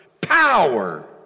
power